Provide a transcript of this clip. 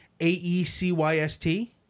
A-E-C-Y-S-T